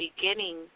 beginning